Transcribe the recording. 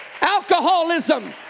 alcoholism